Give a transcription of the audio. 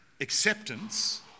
acceptance